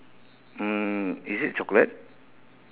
mm is it chocolate